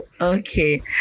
Okay